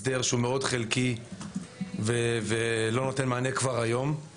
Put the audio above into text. הסדר שהוא חלקי מאוד ולא נותן מענה כבר היום.